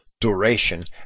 duration